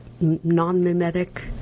non-mimetic